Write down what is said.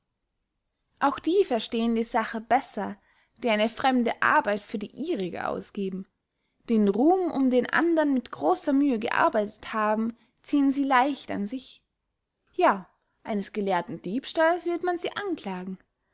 auch die verstehen die sache besser die eine fremde arbeit für die ihrige ausgeben den ruhm um den andern mit grosser mühe gearbeitet haben ziehen sie leicht an sich ja eines gelehrten diebstahls wird man sie anklagen